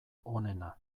onena